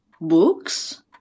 Books